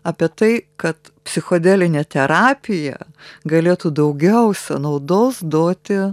apie tai kad psichodelinė terapija galėtų daugiausiai naudos duoti